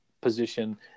position